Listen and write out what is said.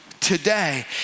today